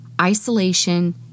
isolation